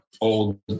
old